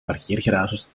parkeergarages